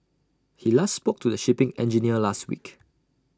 he last spoke to the shipping engineer last week